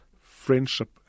friendship